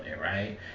right